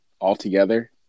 altogether